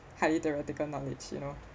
had either theoretical knowledge you know